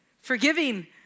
Forgiving